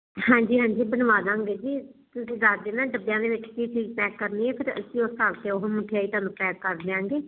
ਹਾਂਜੀ ਹਾਂਜੀ ਬਣਵਾ ਦਾਂਗੇ ਜੀ ਤੁਸੀਂ ਦੱਸ ਦੇਣਾ ਡੱਬਿਆਂ ਦੇ ਵਿੱਚ ਕੀ ਚੀਜ਼ ਪੈਕ ਕਰਨੀ ਫਿਰ ਅਸੀਂ ਉਸ ਹਿਸਾਬ ਤੇ ਉਹ ਮਠਿਆਈ ਤੁਹਾਨੂੰ ਪੈਕ ਕਰ ਦਿਆਂਗੇ